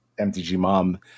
mtgmom